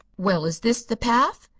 well, is this the path?